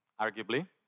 arguably